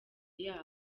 yabo